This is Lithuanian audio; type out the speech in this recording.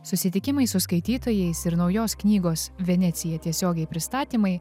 susitikimai su skaitytojais ir naujos knygos venecija tiesiogiai pristatymai